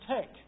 take